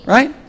Right